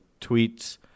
tweets